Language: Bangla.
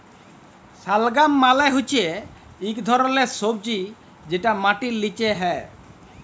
শালগাম মালে হচ্যে ইক ধরলের সবজি যেটা মাটির লিচে হ্যয়